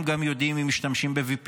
הם גם יודעים אם משתמשים ב-VPN,